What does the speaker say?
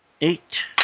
eight